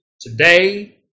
Today